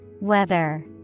Weather